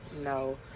no